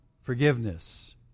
forgiveness